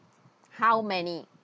how many